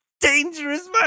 dangerous